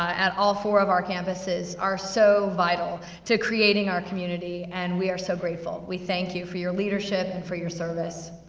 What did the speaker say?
at all four of our campuses, are so vital to creating our community, and we are so grateful. we thank you for your leadership and for your service.